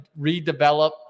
redevelop